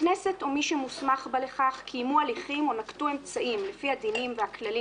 הכנסת או מי שמוסמך בה לכך קיימו הליכים או נקטו אמצעים לפי הדינים והכללים